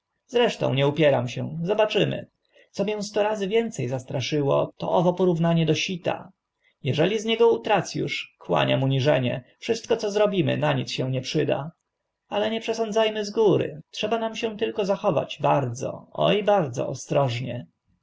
zresztą nie upieram się zobaczymy co mię sto razy więce zastraszyło to owo porównanie do sita jeżeli z niego utrac usz kłaniam uniżenie wszystko co zrobimy na nic się nie przyda ale nie przesądza my z góry trzeba nam się tylko zachować bardzo o bardzo ostrożnie